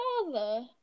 father